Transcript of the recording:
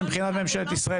שמבחינת ממשלת ישראל,